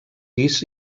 pis